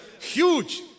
huge